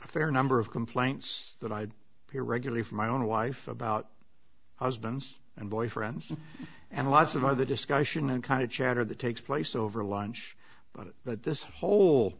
a fair number of complaints that i hear regularly from my own wife about husbands and boyfriends and lots of other discussion and kind of chatter that takes place over lunch but that this whole